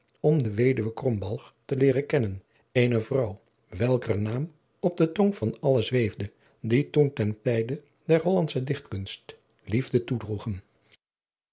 om de weduwe krombalg te leeren kennen eene vrouw welker naam op de tong van allen zweefde die toen ten tijde der hollandsche dichtkunst liefde toedroegen